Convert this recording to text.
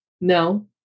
No